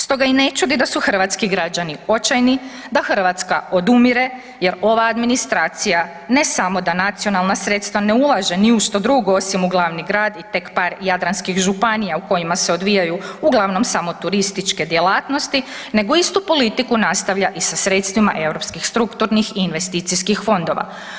Stoga i ne čudi da su hrvatski građani očajni, da Hrvatska odumire jer ova administracija ne samo da nacionalna sredstva ne ulaže ni u što drugo osim u glavni grad i tek par jadranskih županija u kojima se odvijaju uglavnom samo turističke djelatnosti, nego istu politiku nastavlja i sa sredstvima europskih strukturnih i investicijskih fondova.